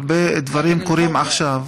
הרבה דברים קורים עכשיו,